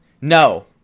No